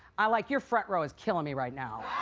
i like, your front row is killing me right now,